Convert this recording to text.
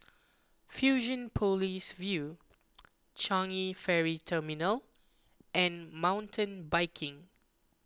Fusionopolis View Changi Ferry Terminal and Mountain Biking